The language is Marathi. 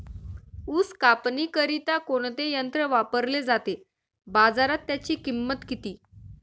ऊस कापणीकरिता कोणते यंत्र वापरले जाते? बाजारात त्याची किंमत किती?